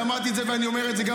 אמרתי את זה ואני אומר את זה.